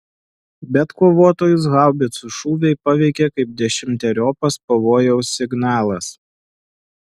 bet kovotojus haubicų šūviai paveikė kaip dešimteriopas pavojaus signalas